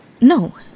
No